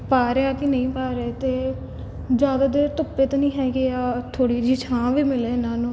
ਪਾ ਰਿਹਾ ਕਿ ਨਹੀਂ ਪਾ ਰਹੇ ਅਤੇ ਜ਼ਿਆਦਾ ਦੇਰ ਧੁੱਪੇ ਤਾਂ ਨਹੀਂ ਹੈਗੇ ਆ ਥੋੜ੍ਹੀ ਜਿਹੀ ਛਾਂ ਵੀ ਮਿਲੇ ਇਹਨਾਂ ਨੂੰ